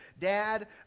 dad